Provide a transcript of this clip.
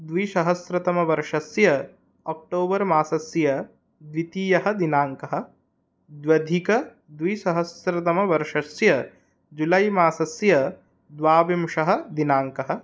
द्विसहस्रतमवर्षस्य ओक्टोबर्मासस्य द्वितीयः दिनाङ्कः द्व्यधिकद्विसस्रतमवर्षस्य जुलैमासस्य द्वाविंशः दिनाङ्कः